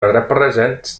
represents